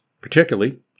particularly